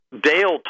Dale